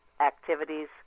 activities